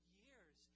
years